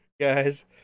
guys